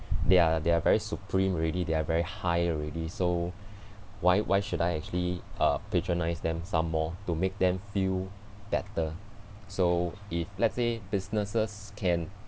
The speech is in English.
they are they are very supreme already they are very high already so why why should I actually uh patronise them some more to make them feel better so if let's say businesses can